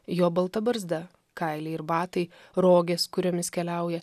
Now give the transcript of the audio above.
jo balta barzda kailiai ir batai rogės kuriomis keliauja